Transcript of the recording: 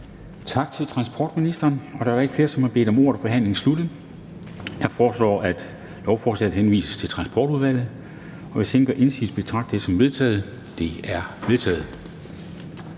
Tak til transportministeren. Da der ikke er flere, som har bedt om ordet, er forhandlingen sluttet. Jeg foreslår, at lovforslaget henvises til Transportudvalget, og hvis ingen gør indsigelse, betragter jeg det som vedtaget.